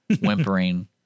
whimpering